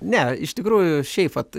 ne iš tikrųjų šiaip vat